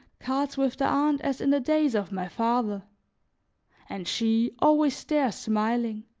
cards with the aunt as in the days of my father and she, always there smiling,